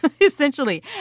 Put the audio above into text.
essentially